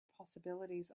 possibilities